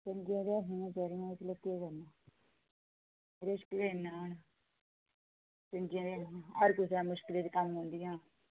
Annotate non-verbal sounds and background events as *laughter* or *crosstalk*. चंगियां ते ऐ हियां बचैरियां चलो के करना *unintelligible* हर कुसा दे मुश्कल च कम्म आंदियां हियां